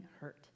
hurt